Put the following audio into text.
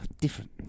Different